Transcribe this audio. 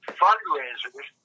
fundraisers